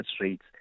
rates